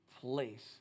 Place